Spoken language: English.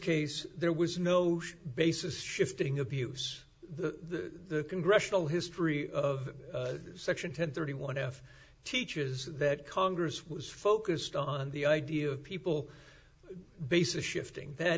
case there was no base is shifting of use the congressional history of section ten thirty one f teaches that congress was focused on the idea of people bases shifting that